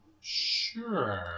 Sure